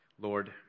Lord